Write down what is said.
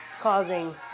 causing